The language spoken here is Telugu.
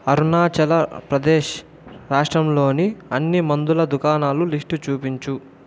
అరుణాచల్ప్రదేశ్ రాష్ట్రంలోని అన్ని మందుల దుకాణాల లిస్ట్ చూపించు